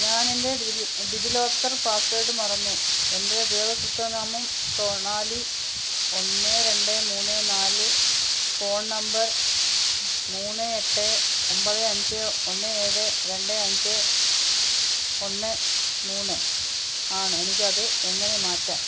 ഞാൻ എൻ്റെ digi DigiLocker password മറന്നു എൻ്റെ ഉപയോക്തൃനാമം സൊണാലി ഒന്ന് രണ്ട് മൂന്ന് നാല് ഫോൺ നമ്പർ മൂന്ന് എട്ട് ഒമ്പത് അഞ്ച് ഒന്ന് ഏഴ് രണ്ട് അഞ്ച് ഒന്ന് മൂന്ന് ആണ് എനിക്കത് എങ്ങനെ മാറ്റാം